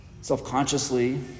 self-consciously